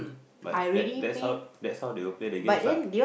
but that's that's how that's how they'll play the games lah